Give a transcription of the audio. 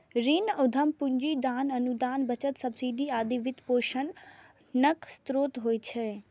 ऋण, उद्यम पूंजी, दान, अनुदान, बचत, सब्सिडी आदि वित्तपोषणक स्रोत होइ छै